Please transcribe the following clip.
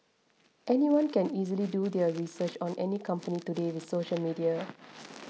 anyone can easily do their research on any company today with social media